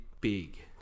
big